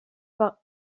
par